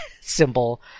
symbol